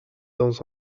dans